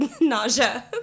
nausea